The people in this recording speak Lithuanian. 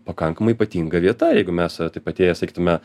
pakankamai ypatinga vieta jeigu mes taip atėję sakytume